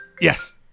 Yes